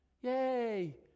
Yay